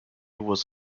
was